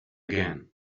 again